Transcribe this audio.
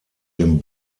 dem